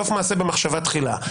סוף מעשה במחשבה תחילה.